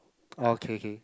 oh okay okay